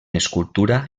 escultura